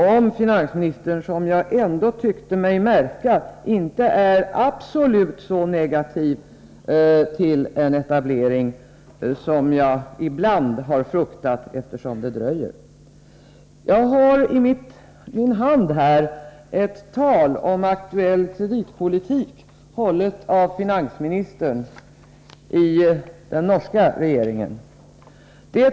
Jag tyckte mig märka att finansministern inte är så absolut negativ till en etablering som jag ibland har fruktat, eftersom ett förslag i ärendet dröjer. Jag har i min hand manuskriptet till ett tal om aktuell kreditpolitik, hållet av finansministern i den norska regeringen.